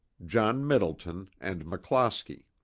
john middleton and mcclosky.